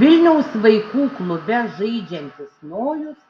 vilniaus vaikų klube žaidžiantis nojus